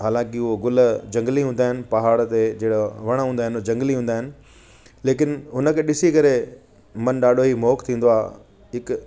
हालाकि उहे गुल जंगली हूंदा आहिनि पहाड़ ते जहिड़ा वण हूंदा आहिनि जंगली हूंदा आहिनि लेकिन उनखे ॾिसी करे मन ॾाढो ई मोहक थींदो आहे हिकु